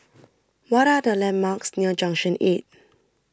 What Are The landmarks near Junction eight